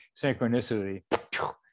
synchronicity